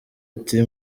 ati